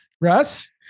Russ